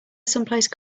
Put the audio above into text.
someplace